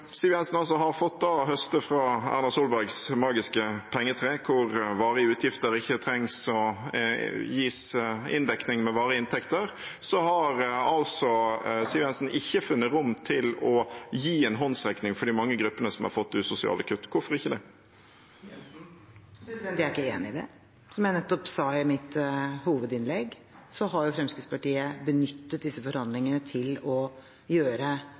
Siv Jensen altså har fått høste fra Erna Solbergs magiske pengetre, hvor varige utgifter ikke trengs å gi inndekning med varige inntekter, så har Siv Jensen ikke funnet rom til å gi en håndsrekning til de mange gruppene som har fått usosiale kutt. Hvorfor ikke det? Jeg er ikke enig i det. Som jeg nettopp sa i mitt hovedinnlegg, har Fremskrittspartiet benyttet disse forhandlingene til å